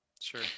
Sure